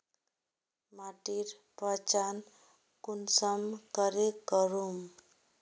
माटिर पहचान कुंसम करे करूम?